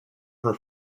her